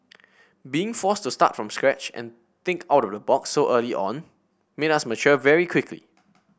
being forced to start from scratch and think out of the box so early on made us mature very quickly